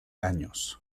años